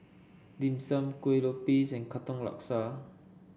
Dim Sum Kueh Lopes and Katong Laksa